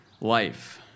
life